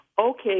Okay